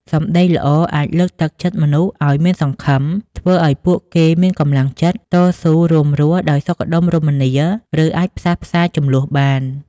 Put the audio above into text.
សម្ដីល្អ អាចលើកទឹកចិត្តមនុស្សឱ្យមានសង្ឃឹម ធ្វើឱ្យពួកគេមានកម្លាំងចិត្ត តស៊ូ រួមរស់ដោយសុខដុមរមនា ឬអាចផ្សះផ្សាជម្លោះបាន។